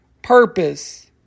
Purpose